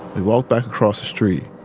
we walked back across the street.